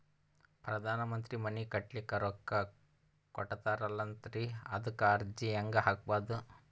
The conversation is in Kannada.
ಪ್ರಧಾನ ಮಂತ್ರಿ ಮನಿ ಕಟ್ಲಿಕ ರೊಕ್ಕ ಕೊಟತಾರಂತಲ್ರಿ, ಅದಕ ಅರ್ಜಿ ಹೆಂಗ ಹಾಕದು?